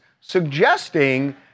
suggesting